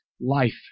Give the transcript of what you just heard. life